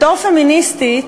בתור פמיניסטית,